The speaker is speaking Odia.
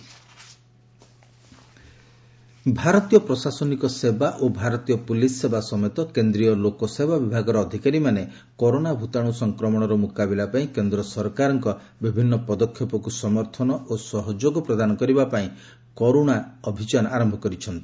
କରୁଣା ଅଭିଯାନ ଭାରତୀୟ ପ୍ରଶାସନିକ ସେବା ଓ ଭାରତୀୟ ପୁଲିସ୍ ସେବା ସମେତ କେନ୍ଦ୍ରୀୟ ଲୋକସେବା ବିଭାଗର ଅଧିକାରୀମାନେ କରୋନା ଭୂତାଶୁ ସଂକ୍ରମଣର ମୁକାବିଲାପାଇଁ କେନ୍ଦ୍ର ସରକାରଙ୍କ ବିଭିନ୍ନ ପଦକ୍ଷେପକୁ ସମର୍ଥନ ଓ ସହଯୋଗ ପ୍ରଦାନ କରିବାପାଇଁ 'କର୍ଶା' ଅଭିଯାନ ଆରମ୍ଭ କରିଛନ୍ତି